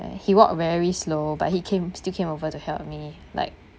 he walked very slow but he came still came over to help me like